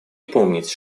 помнить